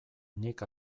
nik